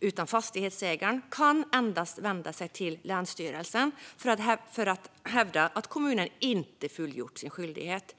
utan fastighetsägaren kan endast vända sig till länsstyrelsen för att hävda att kommunen inte har fullgjort sin skyldighet.